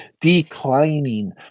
declining